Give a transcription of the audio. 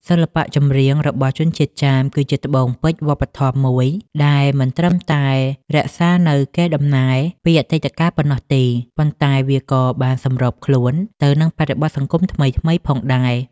សិល្បៈចម្រៀងរបស់ជនជាតិចាមគឺជាត្បូងពេជ្រវប្បធម៌មួយដែលមិនត្រឹមតែរក្សានូវកេរដំណែលពីអតីតកាលប៉ុណ្ណោះទេ ប៉ុន្តែវាក៏បានសម្របខ្លួនទៅនឹងបរិបទសង្គមថ្មីៗផងដែរ។